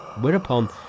Whereupon